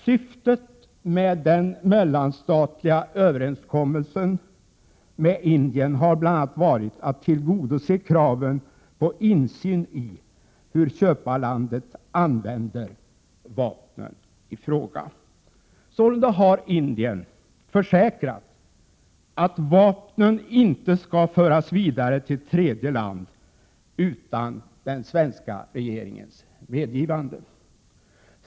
Syftet med den mellanstatliga överenskommelsen med Indien har bl.a. varit att tillgodose kraven på insyn i hur köparlandet använder vapnen i fråga. Sålunda har Indien försäkrat att vapnen inte skall föras vidare till tredje land utan den svenska regeringens medgivande.